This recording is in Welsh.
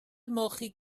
ymolchi